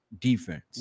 defense